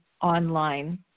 online